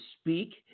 speak